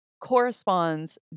corresponds